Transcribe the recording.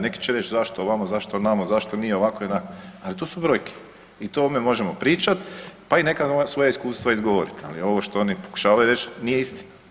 Neki će reć zašto ovamo, zašto onamo zašto nije ovako i onak, ali to su brojke i o tome možemo pričat, pa i neka nova svoja iskustva izgovorit, ali ovo što oni pokušavaju reć nije istina.